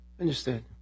Understood